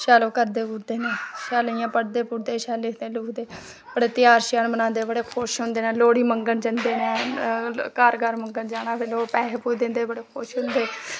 शैल ओह् करदे कुरदे न शैल इ'यां पढ़दे पुढ़दे शैल लिखदे लुखदे बड़े ध्याहर श्याह्र मनांदे बड़े खुश होंदे नै लोह्ड़ी मंगन जंदे नै घर घर मंगन जाना ते लोक पैसे पुसे दिंदे बड़े खुश होंदे